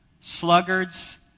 sluggards